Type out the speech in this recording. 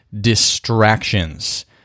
distractions